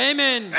Amen